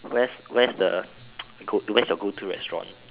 where's where's the go to where's your go to restaurant